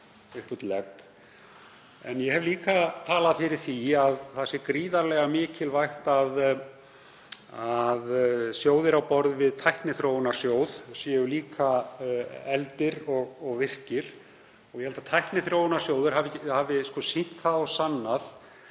En ég hef líka talað fyrir því að það sé gríðarlega mikilvægt að sjóðir á borð við Tækniþróunarsjóð séu efldir og virkir. Ég held að Tækniþróunarsjóður hafi sýnt það og sannað